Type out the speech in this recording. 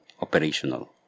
operational